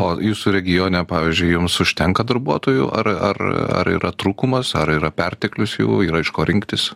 o jūsų regione pavyzdžiui jums užtenka darbuotojų ar ar ar yra trūkumas ar yra perteklius jų yra iš ko rinktis